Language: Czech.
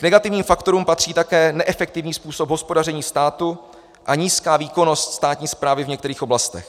K negativním faktorům patří také neefektivní způsob hospodaření státu a nízká výkonnost státní správy v některých oblastech.